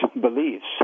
beliefs